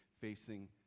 facing